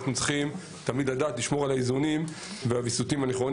אנחנו צריכים לדעת לשמור על האיזון והוויסות הנכון